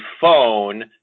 phone